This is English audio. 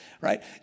right